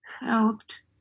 helped